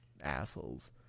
assholes